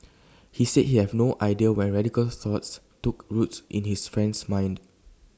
he said he have no idea when radical thoughts took root in his friend's mind